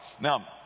Now